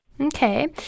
Okay